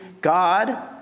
God